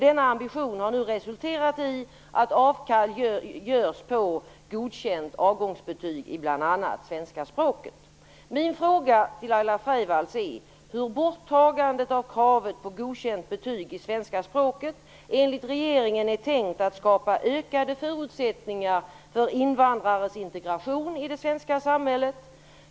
Denna ambition har nu resulterat i att avkall görs på godkänt avgångsbetyg i bl.a. svenska språket. Min fråga till Laila Freivalds är hur borttagande av kravet på godkänt betyg i svenska språket enligt regeringen är tänkt att skapa ökade förutsättningar för invandrares integration i det svenska samhället.